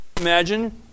imagine